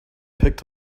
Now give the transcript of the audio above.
picked